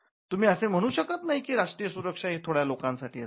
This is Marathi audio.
तुम्ही असे म्हणू शकत नाही की राष्ट्रीय सुरक्षा ही थोड्या लोकांसाठी असते